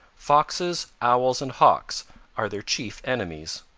foxes, owls and hawks are their chief enemies.